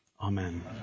Amen